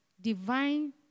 divine